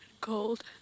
cold